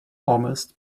almost